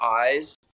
eyes